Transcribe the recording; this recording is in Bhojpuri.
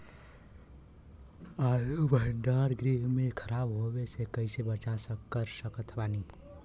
आलू भंडार गृह में खराब होवे से कइसे बचाव कर सकत बानी?